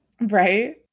Right